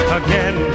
again